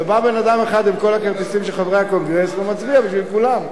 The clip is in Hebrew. ובא בן-אדם עם כל הכרטיסים של חברי הקונגרס ומצביע בשביל כולם.